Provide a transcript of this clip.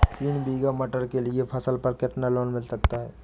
तीन बीघा मटर के लिए फसल पर कितना लोन मिल सकता है?